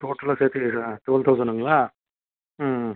டோட்டலாக சேர்த்து இதாக டுவெல் தெளசணுங்களா ம்